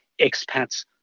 expats